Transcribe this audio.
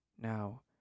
Now